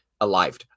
alive